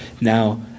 Now